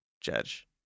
Judge